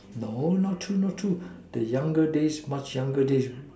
no la not true not true the younger days much youngest day